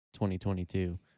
2022